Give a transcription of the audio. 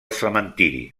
cementiri